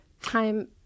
time